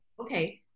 Okay